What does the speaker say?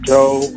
Joe